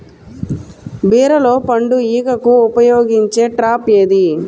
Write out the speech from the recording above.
బీరలో పండు ఈగకు ఉపయోగించే ట్రాప్ ఏది?